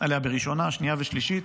שנייה ושלישית.